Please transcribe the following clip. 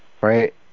Right